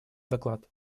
доклад